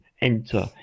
enter